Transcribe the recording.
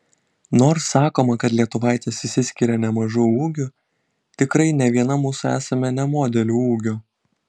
nors sakoma kad lietuvaitės išsiskiria nemažu ūgiu tikrai ne viena mūsų esame ne modelių ūgio